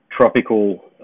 tropical